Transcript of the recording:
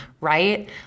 right